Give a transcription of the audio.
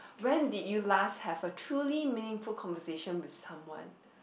when did you last have a truly meaningful conversation with someone